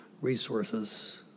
resources